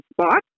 spot